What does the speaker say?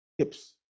tips